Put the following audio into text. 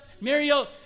Muriel